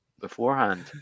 beforehand